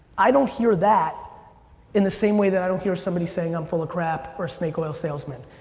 i don't hear that in the same way that i don't hear somebody saying i'm full of crap or snake oil salesman.